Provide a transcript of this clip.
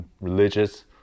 religious